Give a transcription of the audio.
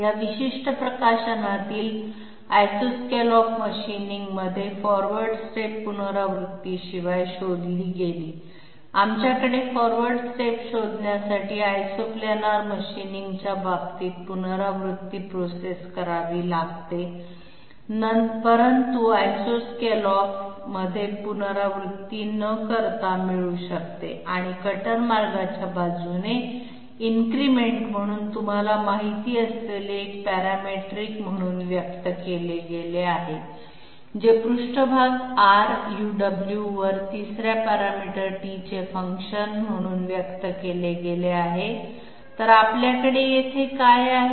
या विशिष्ट प्रकाशनातील isoscallop मशीनिंगमध्ये फॉरवर्ड स्टेप पुनरावृत्तीशिवाय शोधली गेली आमच्याकडे फॉरवर्ड स्टेप शोधण्यासाठी आयसो प्लॅनर मशीनिंगच्या बाबतीत पुनरावृत्ती प्रोसेस करावी लागते परंतु आयसॉस्केलऑफ मध्ये पुनरावृत्ती न करता मिळू शकते आणि कटर मार्गाच्या बाजूने इन्क्रिमेंट म्हणून तुम्हाला माहिती असलेले एक पॅरामेट्रिक म्हणून व्यक्त केले गेले आहे जे पृष्ठभाग Ruw वर तिसऱ्या पॅरामीटर t चे फंक्शन म्हणून व्यक्त केले आहे तर आपल्याकडे येथे काय आहे